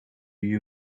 you